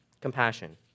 Compassion